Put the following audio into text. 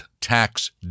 tax